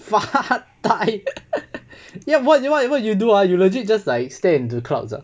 发呆 ya what what you what you do ah you legit just like stare into clouds ah